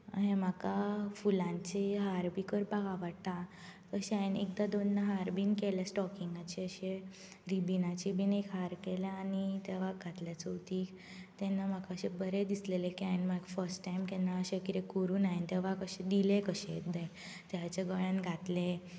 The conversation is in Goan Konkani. अहे म्हाका फुलांचे हार बी करपाक आवडटा तशें हांवें एकदां दोनदां हार बी केले स्टॉकींगाचे अशें रिबीनाचे बी एक हार केला आनी देवाक घातले चवथीक तेन्ना म्हाका अशें बरें दिसलें की फर्स्ट टायम हावें अशें कितें करून अशें हांवें देवाक अशें दिलें कशें देवाच्या गळ्यांत घातलें